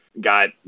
got